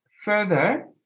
further